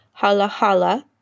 Halahala